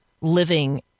living